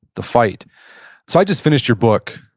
the fight so i just finished your book,